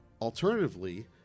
Alternatively